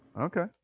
Okay